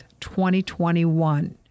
2021